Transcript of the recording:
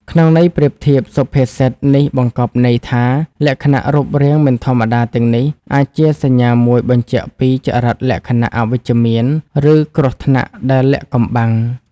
ក្នុងន័យប្រៀបធៀប សុភាសិតនេះបង្កប់ន័យថា លក្ខណៈរូបរាងមិនធម្មតាទាំងនេះ អាចជាសញ្ញាមួយបញ្ជាក់ពីចរិតលក្ខណៈអវិជ្ជមាន ឬគ្រោះថ្នាក់ដែលលាក់កំបាំង។